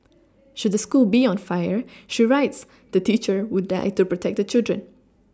should the school be on fire she writes the teacher would die to protect the children